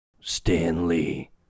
Stanley